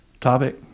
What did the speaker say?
topic